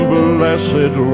blessed